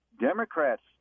Democrats